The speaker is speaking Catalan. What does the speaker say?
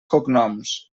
cognoms